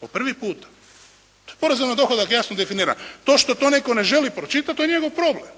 Po prvi puta. To je porezom na dohodak jasno definirano. To što to netko ne želi pročitati to je njegov problem.